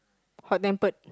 hot-tempered